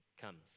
comes